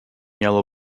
yellow